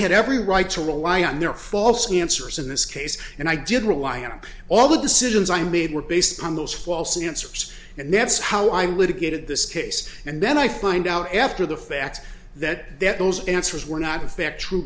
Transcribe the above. had every right to rely on their false answers in this case and i did rely on all the decisions i made were based on those false answers and that's how i would get at this case and then i find out after the fact that that those answers were not effect true